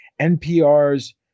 NPR's